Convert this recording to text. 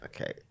Okay